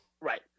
Right